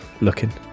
looking